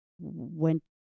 Went